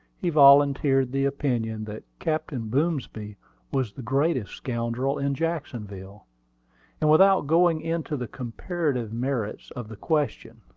he volunteered the opinion that captain boomsby was the greatest scoundrel in jacksonville and without going into the comparative merits of the question,